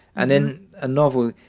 and then a novel,